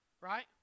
right